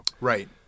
Right